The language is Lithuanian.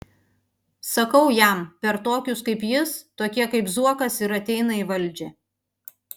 sakau jam per tokius kaip jis tokie kaip zuokas ir ateina į valdžią